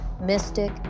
mystic